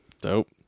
Dope